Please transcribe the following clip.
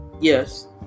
Yes